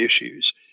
issues